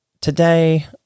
today